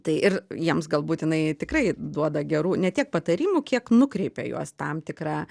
tai ir jiems galbūt jinai tikrai duoda gerų ne tiek patarimų kiek nukreipia juos tam tikra